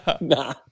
nah